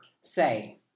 say